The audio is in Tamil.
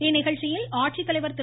இந்நிகழ்ச்சியில் ஆட்சித்தலைவா் திரு